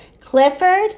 Clifford